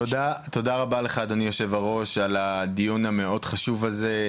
תודה רבה לך אדוני יושב הראש על הדיון המאוד חשוב הזה.